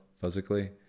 physically